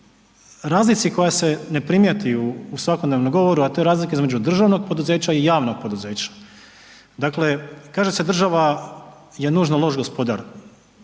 razlici koja se ne primijeti u svakodnevnom govoru, a to je razlika između državnog poduzeća i javnog poduzeća. Dakle, kaže se država je nužno loš gospodar,